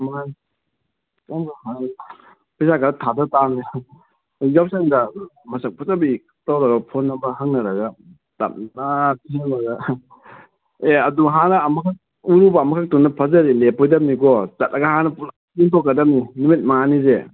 ꯃꯥꯅꯤ ꯄꯩꯁꯥ ꯑꯗꯥ ꯊꯥꯗ ꯇꯥꯕꯅꯤ ꯌꯥꯎꯁꯪꯗ ꯃꯁꯛ ꯐꯖꯕꯤ ꯇꯧꯔꯒ ꯐꯣꯟ ꯅꯝꯕꯔ ꯍꯪꯅꯔꯒ ꯑꯦ ꯑꯗꯨ ꯍꯥꯟꯅ ꯑꯃꯈꯛ ꯎꯔꯨꯕ ꯑꯃꯈꯛꯇꯨꯅ ꯐꯖꯔꯦ ꯂꯦꯞꯄꯣꯏꯗꯕꯅꯤꯀꯣ ꯆꯠꯂꯒ ꯍꯥꯟꯅ ꯄꯨꯂꯞ ꯌꯦꯡꯊꯣꯛꯀꯗꯕꯅꯤ ꯅꯨꯃꯤꯠ ꯃꯉꯥꯅꯤꯁꯦ